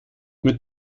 mit